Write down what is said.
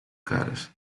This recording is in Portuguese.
caras